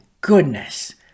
goodness